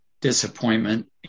disappointment